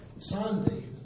Sunday